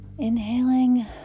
Inhaling